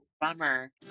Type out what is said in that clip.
Bummer